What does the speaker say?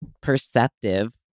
perceptive